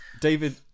David